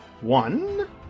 one